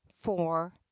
four